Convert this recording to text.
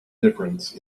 difference